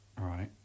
right